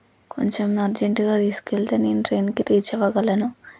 కొంచెం అర్జెంటుగా తీసుకెళ్తే నేను ట్రెయిన్కి రీచ్ అవ్వగలను